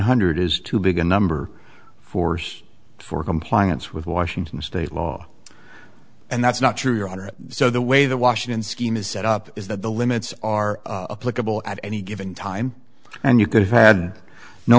hundred is too big a number force for compliance with washington state law and that's not true your honor so the way the washington scheme is set up is that the limits are a political at any given time and you could have had no